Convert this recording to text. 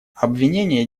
обвинение